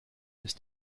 ist